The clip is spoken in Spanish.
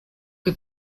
que